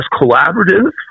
collaborative